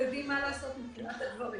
ויודעים מה לעשות מבחינת הדברים.